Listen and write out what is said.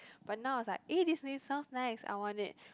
but now it's like eh this name sounds nice I want it